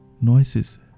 noises